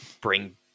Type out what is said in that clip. bring